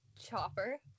Chopper